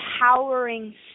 empowering